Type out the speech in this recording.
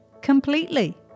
completely